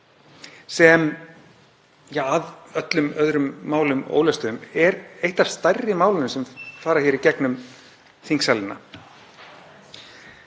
sem að öllum öðrum málum ólöstuðum er eitt af stærri málum sem fara í gegnum þingsalinn.